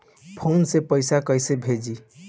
Phone से पैसा कैसे भेजी?